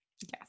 Yes